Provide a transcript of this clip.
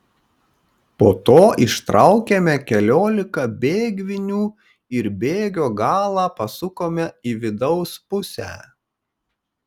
po to ištraukėme keliolika bėgvinių ir bėgio galą pasukome į vidaus pusę